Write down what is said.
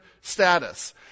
status